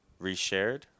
reshared